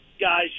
guys